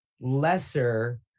lesser